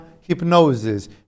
hypnosis